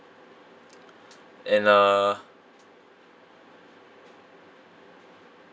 and uh